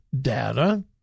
data